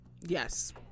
Yes